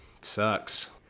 sucks